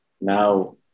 Now